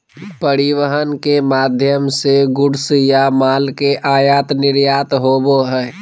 परिवहन के माध्यम से गुड्स या माल के आयात निर्यात होबो हय